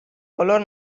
color